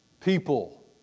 people